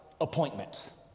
appointments